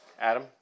Adam